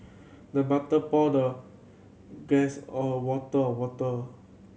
the butler poured the guest a water of water